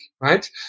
right